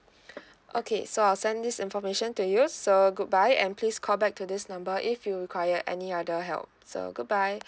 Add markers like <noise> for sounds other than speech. <breath> okay so I'll send this information to you so good bye and please call back to this number if you require any other help so good bye